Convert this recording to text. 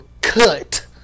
cut